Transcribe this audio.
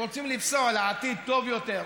רוצים לפסוע לעתיד טוב יותר,